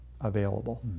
available